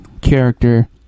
character